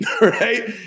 right